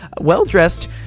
well-dressed